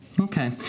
Okay